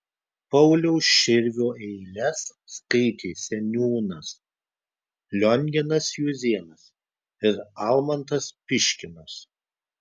pauliaus širvio eiles skaitė seniūnas lionginas juzėnas ir almantas piškinas